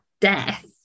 death